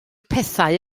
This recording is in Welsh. pethau